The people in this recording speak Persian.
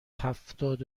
هفتاد